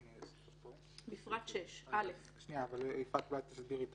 יפעת, אולי תסבירי את